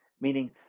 meaning